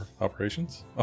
Operations